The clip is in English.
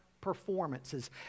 performances